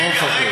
ממה הוא מפחד?